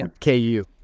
KU